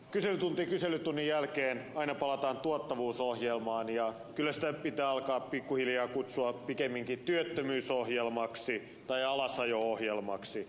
kyselytunti kyselytunnin jälkeen aina palataan tuottavuusohjelmaan ja kyllä sitä pitää alkaa pikkuhiljaa kutsua pikemminkin työttömyysohjelmaksi tai alasajo ohjelmaksi